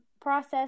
process